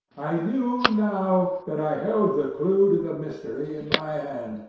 i knew now that i held the clue to the mystery in my hand,